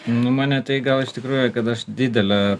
nu mane tai gal iš tikrųjų kad aš didelę